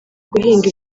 guhinga